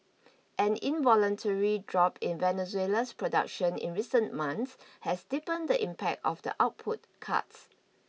an involuntary drop in Venezuela's production in recent months has deepened the impact of the output cuts